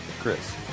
Chris